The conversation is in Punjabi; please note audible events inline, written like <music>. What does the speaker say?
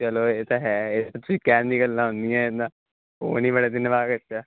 ਚਲੋ ਇਹ ਤਾਂ ਹੈ ਤੁਸੀਂ ਕਹਿਣ ਦੀਆਂ ਗੱਲਾਂ ਹੁੰਦੀਆਂ ਇਹ ਤਾਂ <unintelligible>